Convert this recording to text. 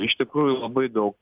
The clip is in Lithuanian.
iš tikrųjų labai daug